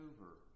over